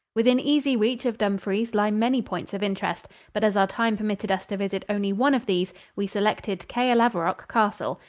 within easy reach of dumfries lie many points of interest, but as our time permitted us to visit only one of these, we selected caerlaverock castle,